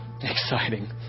exciting